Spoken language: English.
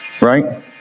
right